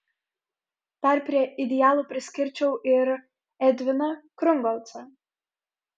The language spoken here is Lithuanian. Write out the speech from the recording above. dar prie idealų priskirčiau ir edviną krungolcą